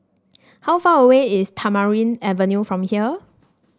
how far away is Tamarind Avenue from here